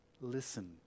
listen